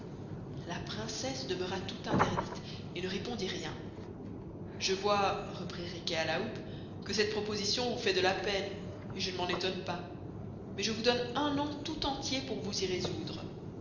la princesse demeura toute interdite et ne répondit rien je voy reprit riquet à la houppe que cette proposition vous fait de la peine et je ne m'en estonne pas mais je vous donne un an tout entier pour vous y resoudre